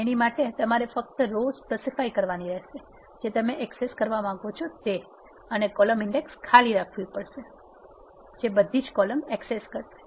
એની માટે તમારે ફક્ત રો સ્પેસીફાઇ કરવાની રહેશે જે તમે એક્સેસ કરવા માંગો છો અને કોલમ ઇન્ડેક્ષ ખાલી છોડવાનું રહેશે જે બધી કોલમ એક્સેસ કરશે